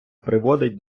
призводить